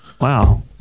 Wow